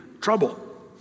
Trouble